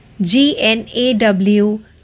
G-N-A-W